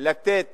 לתת